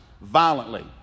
violently